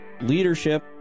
leadership